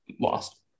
lost